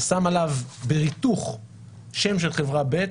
ושם עליו בריתוך שם של חברה ב',